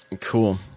Cool